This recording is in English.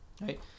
right